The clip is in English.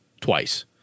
twice